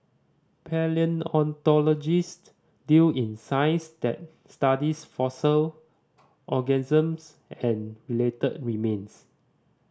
palaeontologists deal in science that studies fossil organisms and related remains